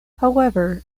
however